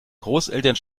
großeltern